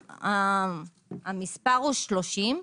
המספר הוא 30,